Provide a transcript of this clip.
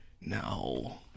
No